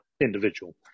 individual